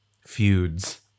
feuds